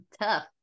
tough